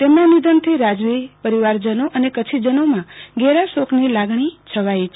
તેમના નિધનથી રાજવી પરિવારજનો અને કચ્છીજનોમાં ઘરા શોકની લાગણી છવાઈ છે